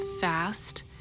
fast